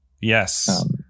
Yes